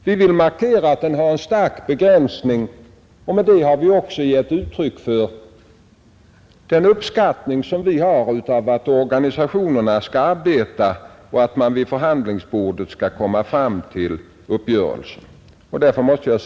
Vi vill markera att fullmakten är starkt begränsad, och vi har givit uttryck för vår uppfattning att organisationerna bör kunna arbeta och träffa uppgörelser vid förhandlingsbordet.